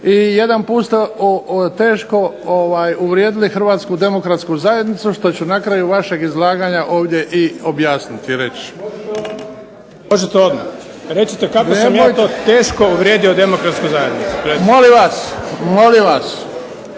i jedanput ste teško uvrijedili Hrvatsku demokratsku zajednicu, što ću na kraju vašeg izlaganja ovdje i objasniti i reći. **Milanović, Zoran (SDP)** Možete odmah. Recite kako sam ja to teško uvrijedio demokratsku zajednicu. **Bebić, Luka